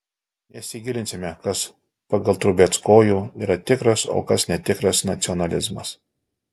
nesigilinsime kas pagal trubeckojų yra tikras o kas netikras nacionalizmas